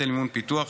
היטל מימון פיתוח,